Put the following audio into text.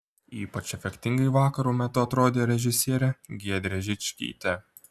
ypač efektingai vakaro metu atrodė režisierė giedrė žičkytė